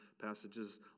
passages